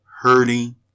hurting